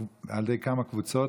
על ידי כמה קבוצות,